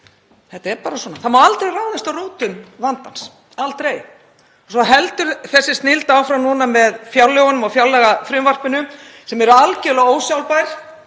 Þetta er bara svona. Það má aldrei ráðast að rótum vandans, aldrei. Svo heldur þessi snilld áfram með fjárlögunum og fjárlagafrumvarpinu sem eru algerlega ósjálfbær,